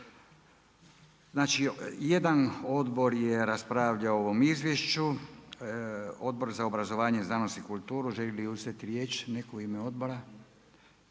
Znači jedan odbor je raspravljao o ovom izvješću Odbor za obrazovanje, znanost i kulturu. Želi li uzeti riječ netko u ime odbora?